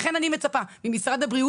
הרי האחיות הוצאו מבתי הספר,